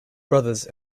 brothers